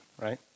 right